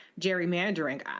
gerrymandering